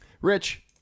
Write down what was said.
Rich